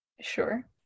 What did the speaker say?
Sure